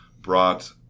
brought